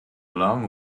long